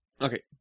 Okay